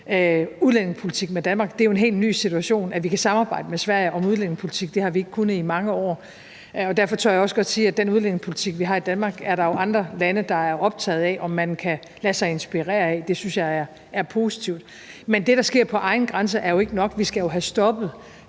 udlændingepolitik med Danmark. Det er jo en helt ny situation, at vi kan samarbejde med Sverige om udlændingepolitik. Det har vi ikke kunnet i mange år, og derfor tør jeg også godt sige, at den udlændingepolitik, vi har i Danmark, er der jo andre lande, der er optaget af om man kan lade sig inspirere af. Det synes jeg er positivt. Men det, der sker på ens egen grænse, er jo ikke nok. Vi skal have stoppet